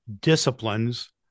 disciplines